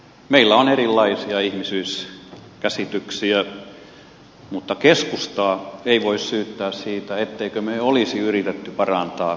meillä on erilaisia ihmisyyskäsityksiä mutta keskustaa ei voi syyttää siitä ettemmekö me olisi yrittäneet parantaa